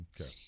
Okay